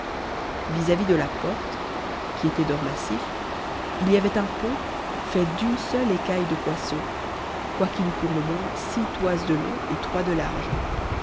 vis-à-vis de taporte uï était d'or massif il y avait un pont fait d'une seule écaille de poisson quoiqu'il eût pour le moins six toises de long et trois de large